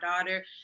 daughter